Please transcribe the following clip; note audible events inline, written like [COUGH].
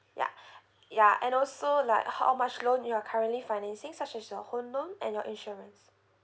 ya [BREATH] ya and also like how much loan you're currently financing such as your home loan and your insurance